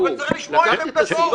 -- אבל צריך לשמוע את עמדתו.